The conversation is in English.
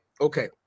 Okay